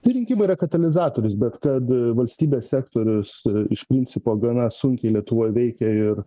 tai rinkimai yra katalizatorius bet kad valstybės sektorius iš principo gana sunkiai lietuvoj veikia ir